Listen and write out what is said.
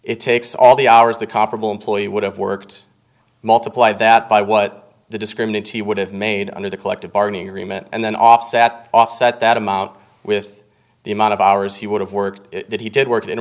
it takes all the hours the comparable employee would have worked multiply that by what the discriminant he would have made under the collective bargaining agreement and then offset offset that amount with the amount of hours he would have worked that he did work in